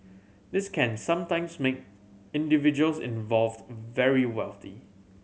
this can sometimes make individuals involved very wealthy